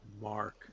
Mark